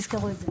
תזכרו את זה.